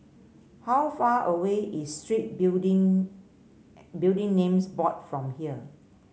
how far away is Street Building Building Names Board from here